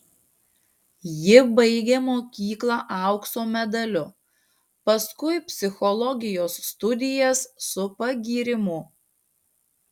ji baigė mokyklą aukso medaliu paskui psichologijos studijas su pagyrimu